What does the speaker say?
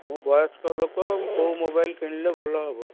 ମୁଁ ବୟସ୍କ ଲୋକ କେଉଁ ମୋବାଇଲ କିଣିଲେ ଭଲ ହେବ